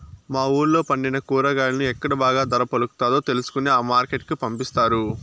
మా వూళ్ళో పండిన కూరగాయలను ఎక్కడ బాగా ధర పలుకుతాదో తెలుసుకొని ఆ మార్కెట్ కు పంపిస్తారు